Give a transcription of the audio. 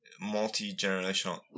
multi-generational